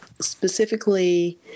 specifically